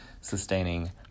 sustaining